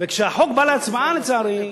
כשהחוק בא להצבעה, לצערי,